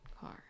car